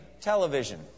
television